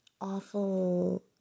awful